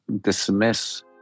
dismiss